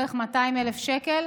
בערך 200,000 שקל.